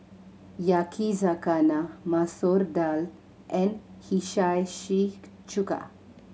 Yakizakana Masoor Dal and Hiyashi Chuka